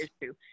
issue